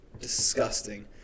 disgusting